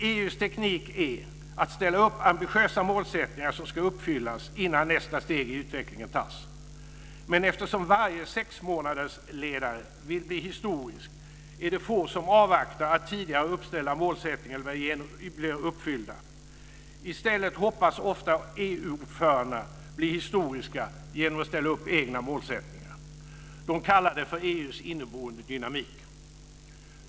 EU:s teknik är att ställa upp ambitiösa målsättningar som ska uppfyllas innan nästa steg i utvecklingen tas. Men eftersom varje sexmånadersledare vill bli historisk är det få som avvaktar att tidigare uppställda målsättningar blir uppfyllda. I stället hoppas ofta EU-ordförandena bli historiska genom att ställa upp egna målsättningar. De kallar det för EU:s inneboende dynamik.